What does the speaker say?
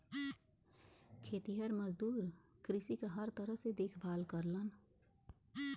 खेतिहर मजदूर कृषि क हर तरह से देखभाल करलन